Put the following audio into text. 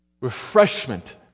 Refreshment